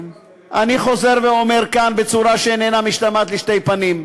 אני חוזר ואומר כאן בצורה שאיננה משתמעת לשתי פנים,